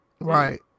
Right